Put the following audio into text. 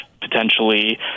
potentially